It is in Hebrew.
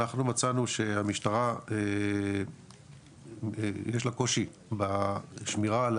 אנחנו מצאנו שהמשטרה יש לה קושי בשמירה על